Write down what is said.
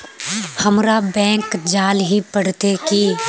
हमरा बैंक जाल ही पड़ते की?